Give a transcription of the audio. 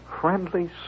friendly